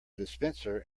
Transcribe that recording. dispenser